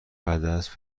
عدس